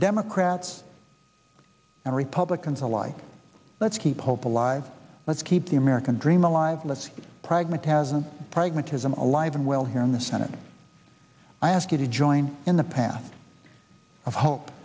democrats and republicans alike let's keep hope alive let's keep the american dream alive let's pragmatism pragmatism alive and well here in the senate i ask you to join in the path of hope